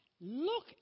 look